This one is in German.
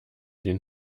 den